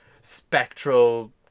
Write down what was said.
spectral